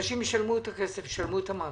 אנשים ישלמו את הכסף וישלמו את המס.